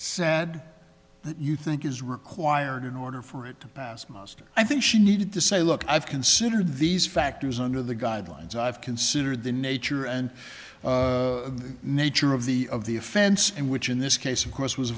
said that you think is required in order for it to pass muster i think she needed to say look i've considered these factors under the guidelines i've considered the nature and nature of the of the offense and which in this case of course was